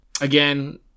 again